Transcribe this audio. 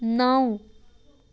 نَو